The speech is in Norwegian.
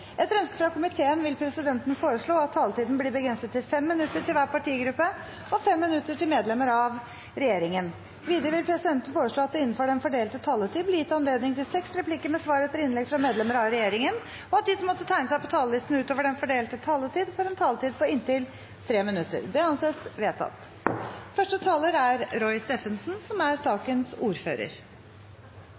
Etter ønske fra utdannings- og forskningskomiteen vil presidenten foreslå at taletiden blir begrenset til 5 minutter til hver partigruppe og 5 minutter til medlemmer av regjeringen. Videre vil presidenten foreslå at det – innenfor den fordelte taletid – blir gitt anledning til inntil seks replikker med svar etter innlegg fra medlemmer av regjeringen, og at de som måtte tegne seg på talerlisten utover den fordelte taletid, får en taletid på inntil 3 minutter. – Det anses vedtatt.